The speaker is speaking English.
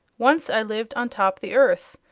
once i lived on top the earth,